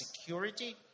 security